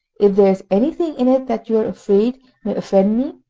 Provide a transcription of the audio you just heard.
if there is anything in it that you are afraid may offend me,